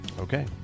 Okay